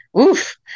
oof